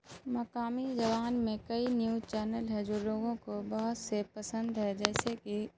مقامی زبان میں کئی نیوج چینل ہیں جو لوگوں کو بہت سے پسند ہے جیسے کہ